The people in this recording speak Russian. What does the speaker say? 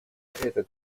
это